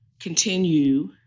continue